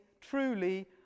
truly